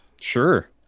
Sure